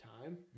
time